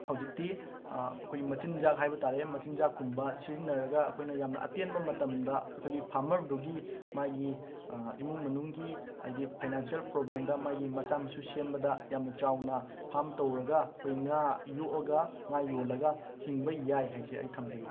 ꯍꯧꯖꯤꯛꯇꯤ ꯑꯩꯈꯣꯏ ꯃꯆꯤꯟꯖꯥꯛ ꯍꯥꯏꯕ ꯇꯥꯔꯦ ꯃꯆꯤꯟꯖꯥꯛꯀꯨꯝꯕ ꯁꯤꯖꯤꯟꯅꯔꯒ ꯑꯩꯈꯣꯏꯅ ꯌꯥꯝꯅ ꯑꯇꯦꯟꯕ ꯃꯇꯝꯗ ꯑꯩꯈꯣꯏꯒꯤ ꯐꯥꯃꯔꯗꯨꯒꯤ ꯃꯥꯒꯤ ꯏꯃꯨꯡ ꯃꯅꯨꯡꯒꯤ ꯍꯥꯏꯗꯤ ꯐꯥꯏꯅꯥꯟꯁꯤꯌꯦꯜ ꯄ꯭ꯔꯣꯕ꯭ꯂꯦꯝꯗ ꯃꯥꯒꯤ ꯃꯆꯥ ꯃꯁꯨ ꯁꯦꯝꯕꯗ ꯌꯥꯝꯅ ꯆꯥꯎꯅ ꯐꯥꯝ ꯇꯧꯔꯒ ꯑꯩꯈꯣꯏ ꯉꯥ ꯌꯣꯛꯑꯒ ꯉꯥ ꯌꯣꯜꯂꯒ ꯍꯤꯡꯕ ꯌꯥꯏ ꯍꯥꯏꯁꯦ ꯑꯩ ꯊꯝꯖꯒꯦ